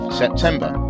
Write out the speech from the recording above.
september